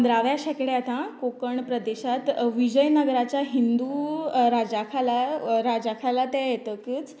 पंदराव्या शेकड्यांत आं कोकण प्रदेशांत विजय नगराच्या हिंदू राजा खाला राजा खाला तें येतकच